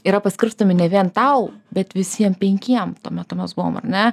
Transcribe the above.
yra paskirstomi ne vien tau bet visiem penkiem tuo metu mes buvom ar ne